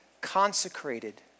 consecrated